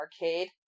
arcade